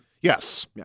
Yes